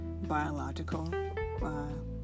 biological